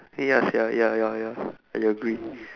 eh ya sia ya ya ya I agree